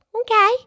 Okay